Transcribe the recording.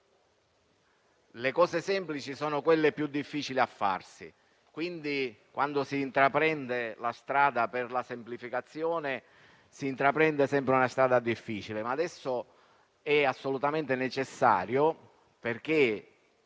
le cose semplici sono quelle più difficili da farsi; quindi, quando si intraprende quella per la semplificazione, è sempre una strada difficile. Tuttavia, adesso è assolutamente necessario, perché